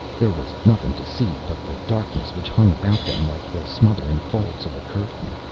there was nothing to see but the darkness which hung about them like the smothering folds of a curtain.